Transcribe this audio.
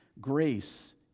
grace